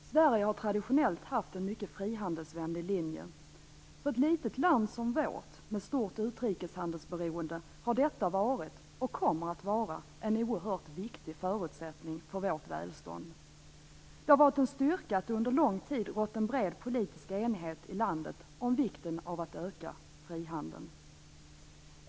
Fru talman! Sverige har traditionellt haft en mycket frihandelsvänlig linje. För ett litet land som vårt, med stort utrikeshandelsberoende, har detta varit, och kommer att vara, en oerhört viktig förutsättning för vårt välstånd. Det har varit en styrka att det under lång tid rått en bred politisk enighet i landet om vikten av att öka frihandeln.